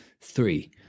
three